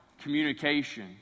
communication